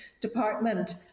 Department